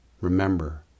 Remember